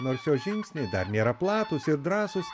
nors jo žingsniai dar nėra platūs ir drąsūs